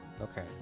Okay